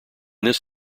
this